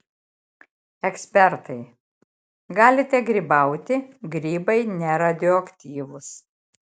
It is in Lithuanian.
ekspertai galite grybauti grybai neradioaktyvūs